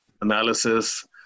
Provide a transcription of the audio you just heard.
analysis